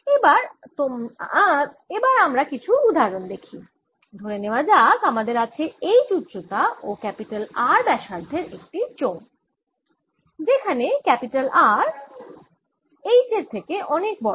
এবার আমরা কিছু উদাহরণ দেখি ধরে নেওয়া যাক আমার কাছে h উচ্চতা ও R ব্যাসার্ধের একটি চোঙ আছেযেখানে R h এর থেকে অনেক বড়